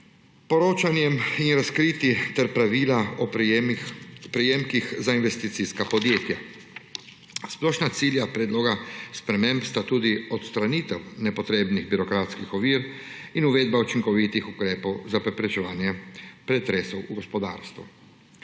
poročanjem in razkritji ter pravila o prejemkih za investicijska podjetja. Splošna cilja predloga sprememb sta tudi odstranitev nepotrebnih birokratskih ovir in uvedba učinkovitih ukrepov za preprečevanje pretresov v gospodarstvu.